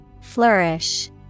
Flourish